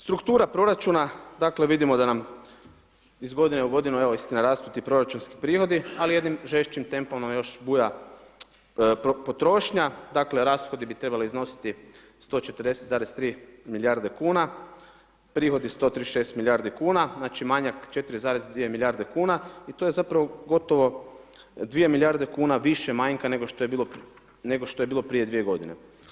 Struktura proračuna, dakle vidimo da nam iz godine u godinu, evo istina rastu ti proračunski prihodi, ali jednim žešćim tempom nam još buja potrošnja, dakle, rashodi bi trebali iznositi 140,3 milijarde kuna, prihodi 136 milijardi kuna, znači manjak 4,2 milijarde kuna i to je zapravo gotovo 2 milijarde kuna više manjka nego što je bilo prije 2 godine.